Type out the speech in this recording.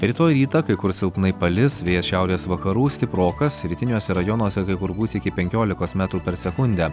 rytoj rytą kai kur silpnai palis vėjas šiaurės vakarų stiprokas rytiniuose rajonuose kai kur gūsiai iki penkiolikos metrų per sekundę